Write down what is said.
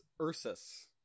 Ursus